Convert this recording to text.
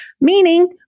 meaning